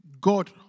God